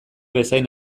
bezain